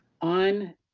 on